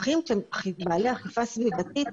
הפקחים שהם בעלי אכיפה סביבתית,